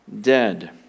dead